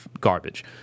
garbage